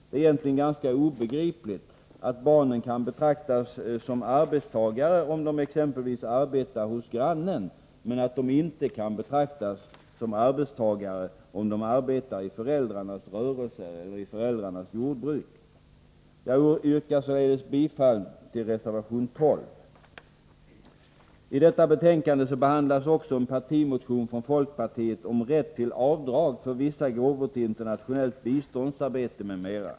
Det är egentligen ganska obegripligt att barnen kan betraktas som arbetstagare om de arbetar hos exempelvis grannen, medan de inte kan anses som arbetstagare om de arbetar i föräldrarnas rörelse eller jordbruk. Jag yrkar således bifall till reservation 12. I detta betänkande behandlas också en partimotion från folkpartiet om rätt till avdrag för vissa gåvor till internationellt biståndsarbete m.m.